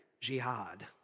jihad